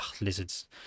lizards